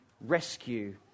rescue